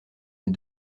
des